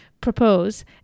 propose